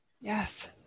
yes